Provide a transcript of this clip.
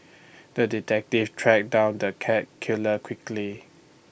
the detective tracked down the cat killer quickly